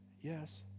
yes